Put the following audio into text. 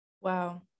Wow